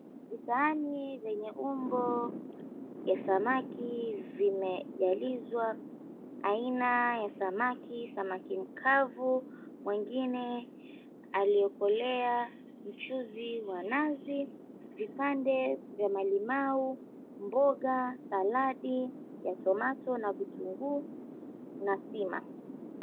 Visahani vyenye umbo ya samaki vimejalizwa aina ya samaki. Samaki mkavu mwengine aliyekolea mchuzi wa nazi vipande vya malimau mboga saladi ya tomato na vitunguu na sima.